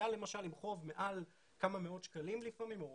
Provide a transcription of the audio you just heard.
חייל למשל עם חוב מעל כמה מאות שקלים לפעמים או